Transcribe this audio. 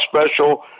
special